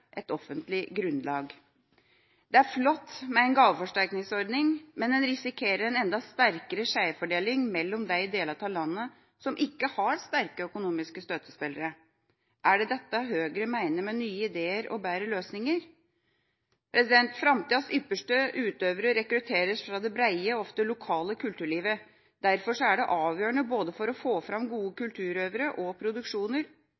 offentlig grunnlag. Det er flott med en gaveforsterkningsordning, men en risikerer en enda sterkere skjevfordeling mellom de delene av landet som ikke har sterke økonomiske støttespillere. Er det dette Høyre mener med «nye ideer og bedre 1øsninger»? Framtidas ypperste utøvere rekrutteres fra det brede og ofte lokale kulturlivet. Derfor er det avgjørende – for å få fram både gode